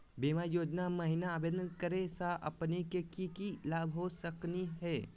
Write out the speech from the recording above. बीमा योजना महिना आवेदन करै स हमनी के की की लाभ हो सकनी हे?